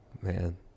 Man